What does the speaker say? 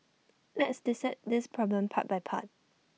let's dissect this problem part by part